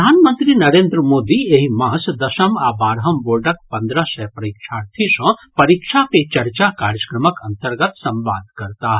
प्रधानमंत्री नरेन्द्र मोदी एहि मास दसम् आ बारहम बोर्डक पन्द्रह सय परीक्षार्थी सँ परीक्षा पे चर्चा कार्यक्रमक अन्तर्गत संवाद करताह